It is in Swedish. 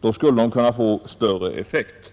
Då skulle de kunna få större effekt.